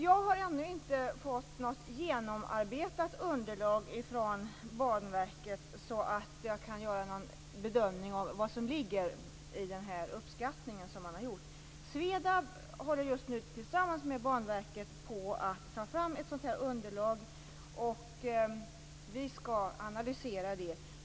Jag har ännu inte fått något genomarbetat underlag från Banverket så att jag kan göra någon bedömning av vad som ligger i den uppskattning som gjorts. SVEDAB håller just nu tillsammans med Banverket på att ta fram ett underlag. Vi skall analysera det.